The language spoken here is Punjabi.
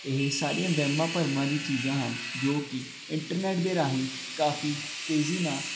ਇਹ ਸਾਰੀਆਂ ਵਹਿਮਾਂ ਭਰਮਾਂ ਦੀ ਚੀਜ਼ਾਂ ਹਨ ਜੋ ਕਿ ਇੰਟਰਨੈਟ ਦੇ ਰਾਹੀਂ ਕਾਫੀ ਤੇਜ਼ੀ ਨਾਲ